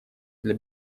для